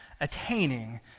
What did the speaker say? attaining